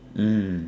mm